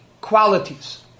qualities